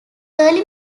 early